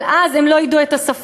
אבל אז הם לא ידעו את השפה,